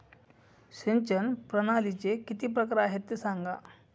सिंचन प्रणालीचे किती प्रकार आहे ते सांगा